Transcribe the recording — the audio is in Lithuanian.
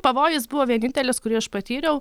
pavojus buvo vienintelis kurį aš patyriau